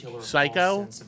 Psycho